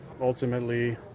ultimately